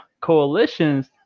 coalitions